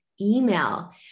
email